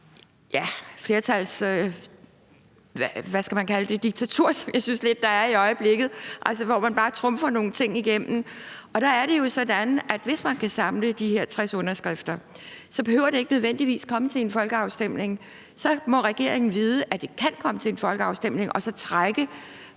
– ja, hvad skal man kalde det – et flertalsdiktatur, som jeg lidt synes der er i øjeblikket, altså hvor man bare trumfer nogle ting igennem. Der er det jo sådan, at hvis man kan samle de her 60 underskrifter, behøver det ikke nødvendigvis komme til en folkeafstemning; så må regeringen vide, at det kan komme til en folkeafstemning, og så trække